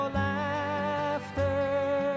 laughter